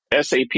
SAP